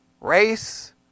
race